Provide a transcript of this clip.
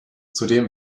zudem